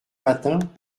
matin